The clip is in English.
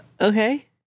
Okay